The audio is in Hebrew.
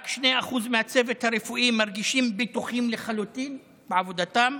רק 2% מהצוות הרפואי מרגישים בטוחים לחלוטין בעבודתם.